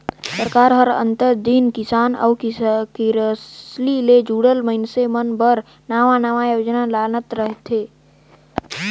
सरकार हर आंतर दिन किसान अउ किरसी ले जुड़ल मइनसे मन बर नावा नावा योजना लानत रहथे